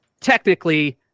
technically